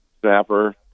snapper